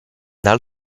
dal